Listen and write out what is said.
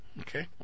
Okay